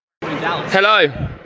Hello